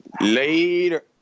Later